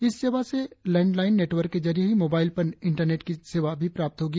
इस सेवा से लैंडलाइन नेटवर्क के जरिए ही मोबाइल पर इंटरनेटकी सेवा भी प्राप्त होगी